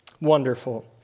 wonderful